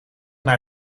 naar